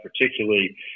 particularly